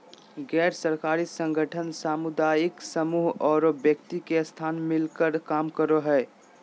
गैर सरकारी संगठन सामुदायिक समूह औरो व्यक्ति के साथ मिलकर काम करो हइ